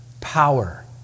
Power